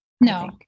No